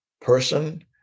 person